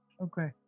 Okay